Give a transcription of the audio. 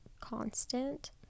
constant